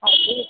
ಹೌದು ರೀ